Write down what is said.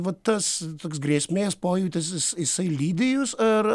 va tas toks grėsmės pojūtis jis jisai lydi jus ar